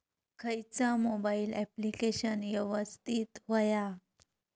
खयचा mobile application यवस्तित होया?